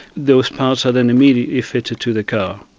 those parts are then immediately fitted to the car.